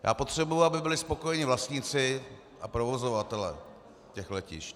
Já potřebuju, aby byli spokojení vlastníci a provozovatelé těch letišť.